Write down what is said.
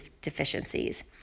deficiencies